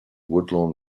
woodlawn